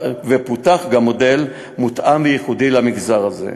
ופותח גם מודל מותאם וייחודי למגזר הזה.